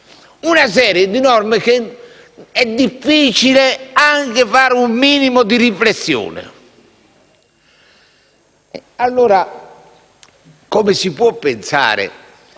una serie di norme su cui è difficile anche fare un minimo di riflessione. Pertanto, come si può pensare